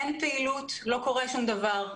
אין פעילות ולא קורה שום דבר.